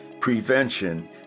prevention